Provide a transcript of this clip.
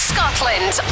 Scotland